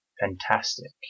Fantastic